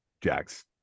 Jax